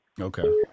Okay